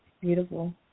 Beautiful